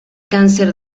cáncer